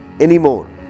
anymore